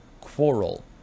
quarrel